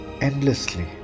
endlessly